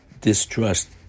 distrust